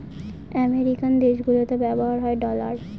American দেশগুলিতে ব্যবহার হয় ডলার